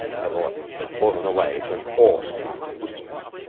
her voice had fallen away to an awestruck whisper.